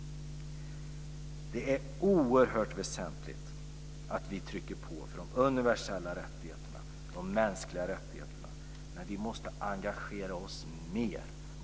Det är oerhört väsentligt att vi trycker på för de universella rättigheterna, de mänskliga rättigheterna. Men vi måste engagera oss mer.